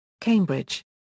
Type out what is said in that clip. Cambridge